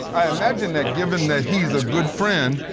i imagine that, given he's a good friend,